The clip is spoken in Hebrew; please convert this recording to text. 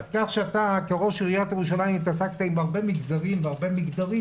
אתה כראש עיריית ירושלים התעסקת עם הרבה מגזרים והרבה מגדרים.